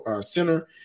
center